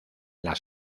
las